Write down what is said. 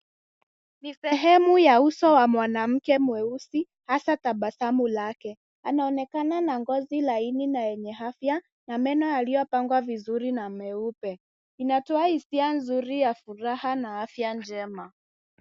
Ni sehemu ya uso wa mwanamke mweusi hasa tabasamu lake. Anaonekana na ngozi laini na yenye afya na meno yaliyopangwa vizuri na meupe. Inatoa hisia nzuri ya furaha na afya njema.